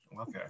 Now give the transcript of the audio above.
Okay